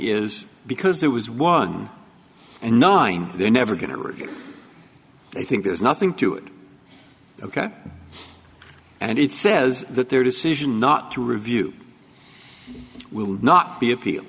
is because it was one and nine they're never going to review i think there's nothing to it ok and it says that their decision not to review will not be appeal